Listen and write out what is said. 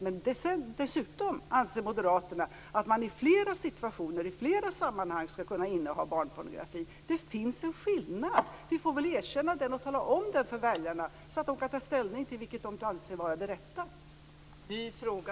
Men dessutom anser Moderaterna att man i flera situationer och i flera sammanhang skall kunna inneha barnpornografi. Det finns en skillnad där. Vi får väl erkänna den och tala om den för väljarna så att de kan ta ställning till vilket de anser vara det rätta.